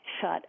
shut